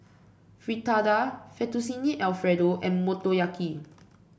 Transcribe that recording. Fritada Fettuccine Alfredo and Motoyaki